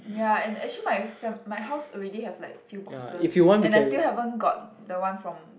ya and actually my fam~ my house already have like few boxes and I still haven't got the one from